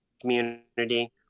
community